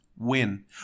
win